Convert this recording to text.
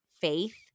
faith